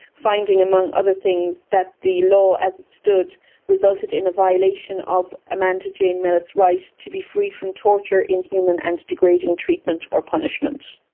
finding among other things that the law as it stood resulted in a violation of amanda jane mellet's right to be free from torture, inhuman and degrading treatment or punishment.